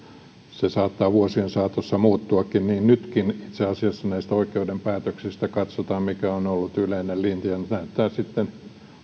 se saattaa vuosien saatossa muuttuakin ja nytkin itse asiassa näistä oikeuden päätöksistä katsotaan mikä on ollut yleinen linja näyttää sitten